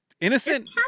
innocent